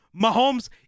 Mahomes